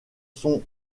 sont